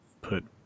put